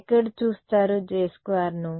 ఎక్కడ చూస్తారు j2 ను